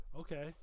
Okay